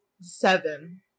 seven